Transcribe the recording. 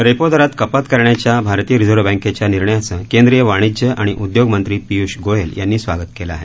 repo दरात कपात करण्याच्या भारतीय रिझर्व्ह बँकेच्या निर्णयाचं केंद्रीय वाणिज्य आणि उद्योग मंत्री पिय्ष गोयल यांनी स्वागत केलं आहे